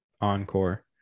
Encore